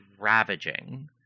ravaging